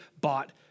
bought